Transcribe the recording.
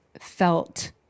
felt